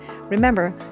Remember